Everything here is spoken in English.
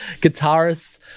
guitarist